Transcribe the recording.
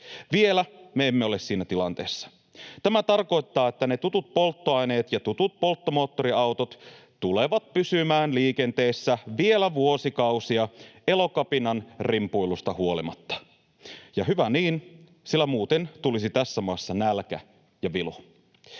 Vielä me emme ole siinä tilanteessa. Tämä tarkoittaa, että ne tutut polttoaineet ja tutut polttomoottoriautot tulevat pysymään liikenteessä vielä vuosikausia Elokapinan rimpuilusta huolimatta — ja hyvä niin, sillä muuten tulisi tässä maassa nälkä ja vilu.